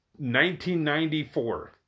1994